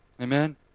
Amen